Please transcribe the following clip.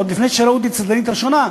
עוד לפני שראו את הצידנית הראשונה.